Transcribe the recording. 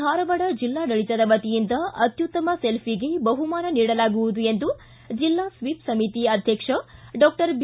ಧಾರವಾಡ ಜಿಲ್ಲಾಡಳಿತದ ವತಿಯಿಂದ ಅತ್ಯುತ್ತಮ ಸೆಲ್ಲಿಗೆ ಬಹುಮಾನ ನೀಡಲಾಗುವುದು ಎಂದು ಜಿಲ್ಲಾ ಸ್ವೀಪ್ ಸಮಿತಿ ಅಧ್ವಕ್ಷ ಡಾಕ್ಟರ್ ಬಿ